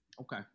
Okay